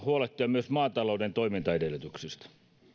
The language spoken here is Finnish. huolehtia myös maatalouden toimintaedellytyksistä